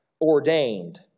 ordained